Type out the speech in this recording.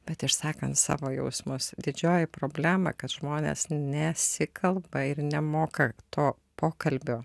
bet išsakan savo jausmus didžioji problema kad žmonės nesikalba ir nemoka to pokalbio